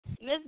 Miss